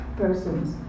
persons